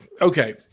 okay